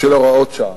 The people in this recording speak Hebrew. של הוראות שעה.